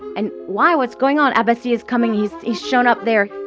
and why? what's going on? abbassi is coming. he's he's shown up there.